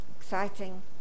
exciting